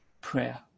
prayer